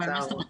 מה זאת אומרת?